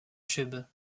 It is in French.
tube